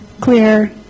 clear